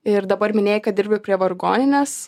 ir dabar minėjai kad dirbi prie vargoninės